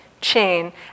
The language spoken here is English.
chain